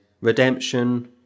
redemption